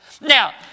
Now